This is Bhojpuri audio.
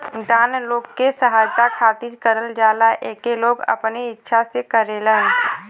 दान लोग के सहायता खातिर करल जाला एके लोग अपने इच्छा से करेलन